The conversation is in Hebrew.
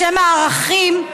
בשם הערכים,